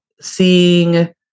seeing